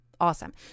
Awesome